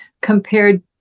compared